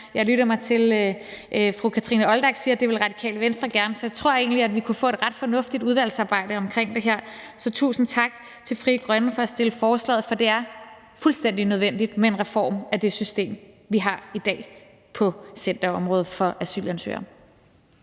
jeg lytter mig til, at fru Kathrine Olldag siger, at det vil Radikale Venstre gerne, så jeg tror egentlig, at vi kunne få et ret fornuftigt udvalgsarbejde omkring det her. Så tusind tak til Frie Grønne for at fremsætte forslaget, for det er fuldstændig nødvendigt med en reform af det system, vi har i dag på centerområdet for asylansøgere.